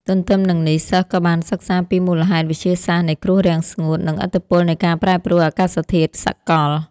ទន្ទឹមនឹងនេះ សិស្សក៏បានសិក្សាពីមូលហេតុវិទ្យាសាស្ត្រនៃគ្រោះរាំងស្ងួត និងឥទ្ធិពលនៃការប្រែប្រួលអាកាសធាតុសកល។